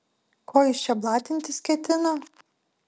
ko jis čia blatintis ketina